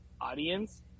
audience